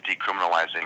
decriminalizing